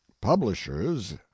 publishers